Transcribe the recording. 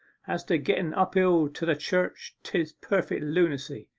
as to getten up hill to the church, tis perfect lunacy.